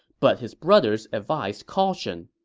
but his brothers advised caution